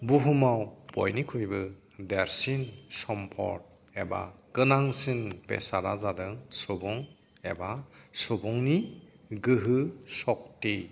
बुहुमाव बयनिख्रुइबो देरसिन सम्फद एबा गोनांसिन बेसादा जादों सुबुं एबा सुबुंनि गोहो सकथि